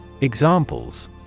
Examples